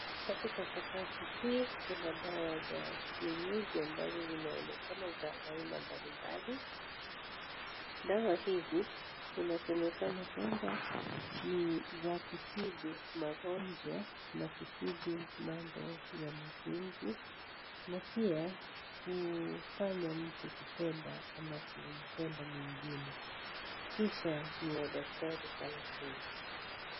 Katika sakafu hii kuna dawa za kienyeji ambazo zinaonekana za aina mbalimbali . Dawa hizi zinasemekana kama ni za kutibu magonjwa na kutibu mambo ya mapenzi na pia kufanya mtu kupenda ama kumpenda mwingine kisha ni ya daktari.